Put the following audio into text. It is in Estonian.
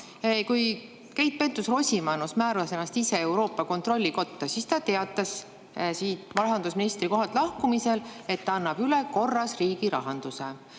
Kui Keit Pentus-Rosimannus määras ennast ise Euroopa Kontrollikotta, siis ta teatas siit rahandusministri kohalt lahkumisel, et ta annab üle korras riigirahanduse.